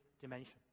dimension